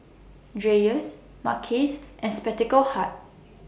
Dreyers Mackays and Spectacle Hut